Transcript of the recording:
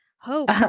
hope